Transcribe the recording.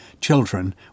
children